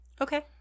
Okay